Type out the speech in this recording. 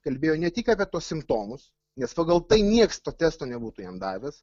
kalbėjo ne tik apie tuos simptomus nes pagal tai niekas to testo nebūtų jam davęs